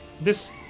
This-